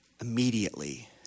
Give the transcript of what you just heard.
immediately